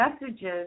messages